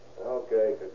Okay